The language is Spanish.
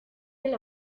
del